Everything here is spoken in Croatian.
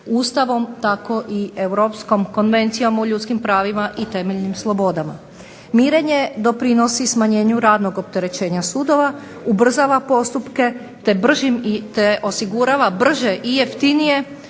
Ustavom tako i Europskom konvencijom o ljudskim pravima i temeljnim slobodama. Mirenje doprinosi smanjenju radnog opterećenja sudova, ubrzava postupke te osigurava brže i jeftinije